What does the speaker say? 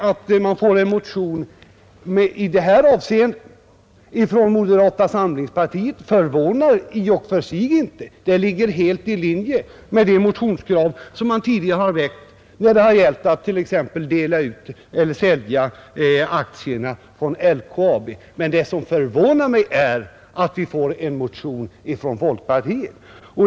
Att man får en motion i det här avseendet från moderata samlingspartiet förvånar mig i och för sig inte; det ligger helt i linje med de motionskrav som man tidigare har framfört när det har gällt att t.ex. sälja aktierna från LKAB. Men det som förvånar mig är att vi får en dylik motion från folkpartiet.